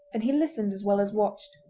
and he listened as well as watched.